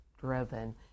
driven